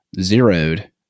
zeroed